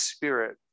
Spirit